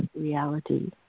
reality